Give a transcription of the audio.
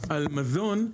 על מזון,